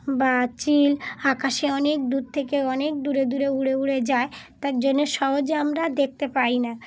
বা চিল আকাশে অনেক দূর থেকে অনেক দূরে দূরে উড়ে উড়ে যায় তার জন্যে সহজে আমরা দেখতে পাই না